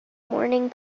morning